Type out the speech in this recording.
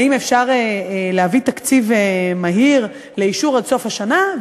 אם אפשר להביא תקציב לאישור מהיר עד סוף השנה,